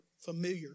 familiar